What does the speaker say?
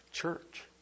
church